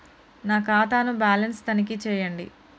నా ఖాతా ను బ్యాలన్స్ తనిఖీ చేయండి?